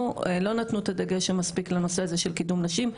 שלא נתנו את הדגש המספיק לנושא הזה של קידום נשים.